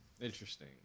Interesting